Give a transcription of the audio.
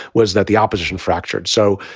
was that the opposition fractured? so,